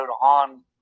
on